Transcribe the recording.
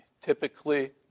typically